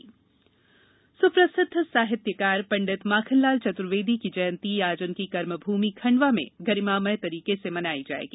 जयंती सुप्रसिद्ध साहित्यकार पंडित माखनलाल चतुर्वेदी की जयंती आज उनकी कर्मभूमि खंडवा में गरिमामय तरीके से मनाई जाएगी